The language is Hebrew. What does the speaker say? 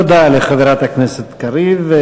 תודה לחברת הכנסת קריב.